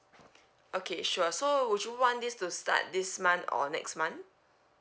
okay sure so would you want this to start this month or next month